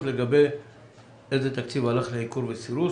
לגבי איזה תקציב הלך לעיקור וסירוס,